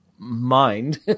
mind